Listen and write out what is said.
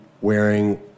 wearing